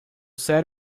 said